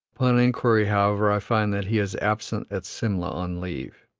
upon inquiry, however, i find that he is absent at simla on leave.